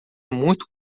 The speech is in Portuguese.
muito